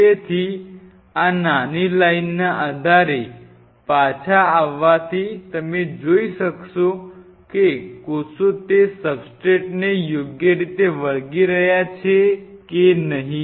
તેથી આ નાની લાઈન ના આધારે પાછા આવવાથી તમે જોઈ શકશો કે કોષો તે સબસ્ટ્રેટને યોગ્ય રીતે વળગી રહ્યા છે કે નહીં